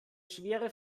schwere